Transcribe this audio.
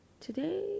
Today